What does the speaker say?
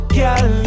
girl